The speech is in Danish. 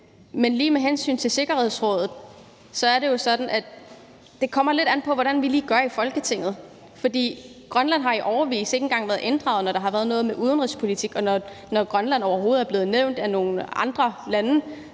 Men lige med hensyn til Sikkerhedsrådet er det jo sådan, at det lidt kommer an på, hvordan vi lige gør i Folketinget, for Grønland har i årevis ikke engang været inddraget, når der har været noget oppe vedrørende udenrigspolitik, og når Grønland overhovedet er blevet nævnt af nogle andre lande,